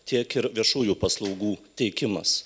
tiek ir viešųjų paslaugų teikimas